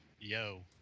Yo